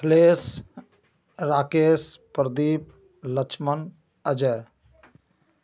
Akhilesh Rakesh Pradeep Lakshman Ajay